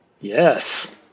Yes